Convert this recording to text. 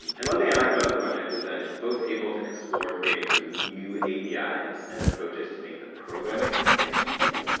and one thing i like about this project is that it's both able to explore creating sort of new apis and approaches to make the programming aspect easier,